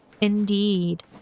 Indeed